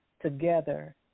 together